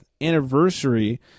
anniversary